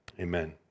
amen